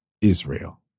Israel